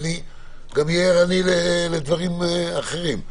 אני גם אהיה ערני לדברים אחרים.